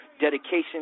Dedication